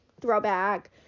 throwback